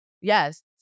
Yes